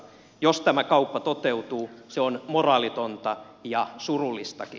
jos tämä kauppa toteutuu se on moraalitonta ja surullistakin